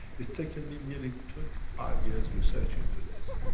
it's taken me nearly twenty five years research into this.